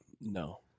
No